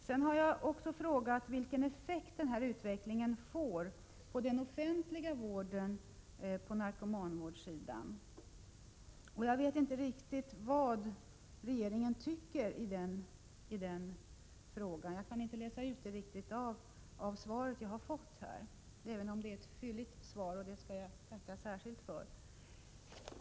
Vidare har jag frågat socialministern vilken effekt utvecklingen får för den offentliga vården på narkomanvårdssidan. Vad regeringen tycker i denna fråga kan jag inte riktigt läsa ut av det svar jag fått, även om svaret är fylligt, vilket jag tackar särskilt för.